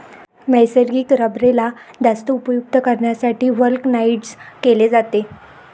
नैसर्गिक रबरेला जास्त उपयुक्त करण्यासाठी व्हल्कनाइज्ड केले जाते